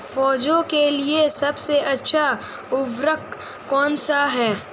पौधों के लिए सबसे अच्छा उर्वरक कौनसा हैं?